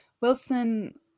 Wilson